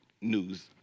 news